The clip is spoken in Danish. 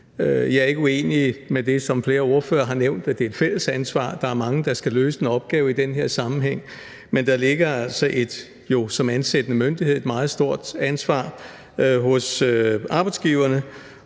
Jeg er ikke uenig i det, som flere ordførere har nævnt, om, at det er et fælles ansvar. Der er mange, der skal løse en opgave i den her sammenhæng, men der ligger jo altså et meget stort ansvar hos arbejdsgiverne